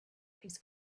his